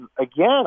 again